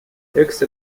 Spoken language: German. höchste